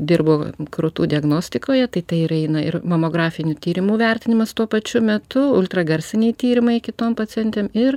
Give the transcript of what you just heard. dirbu krūtų diagnostikoje tai tai ir eina ir mamografinių tyrimų vertinimas tuo pačiu metu ultragarsiniai tyrimai kitom pacientėm ir